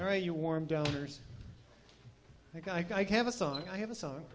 right you warm donors like i can a song i have a song